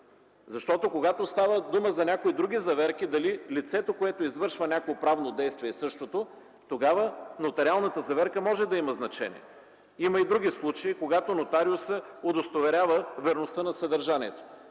защото когато става дума за някои други заверки дали лицето, което извършва някакво правно действие, е същото, тогава нотариалната заверка може да има значение. Има и други случаи, когато нотариусът удостоверява верността на съдържанието,